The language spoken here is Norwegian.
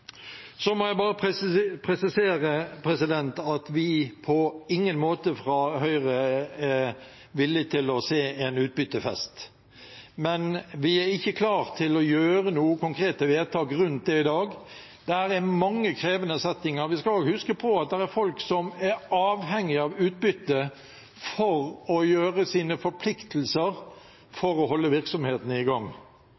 Så må jeg bare presisere at vi fra Høyre på ingen måte er villige til å se en utbyttefest, men vi er ikke klare til å fatte noen konkrete vedtak om det i dag. Det er mange krevende settinger, vi skal også huske på at det er folk som er avhengige av utbytte for å ivareta sine forpliktelser